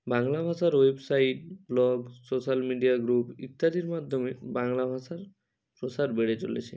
বাংলা ভাষার website blog social media group ইত্যাদির মাধ্যমে বাংলা ভাষার প্রসার বেড়ে চলেছে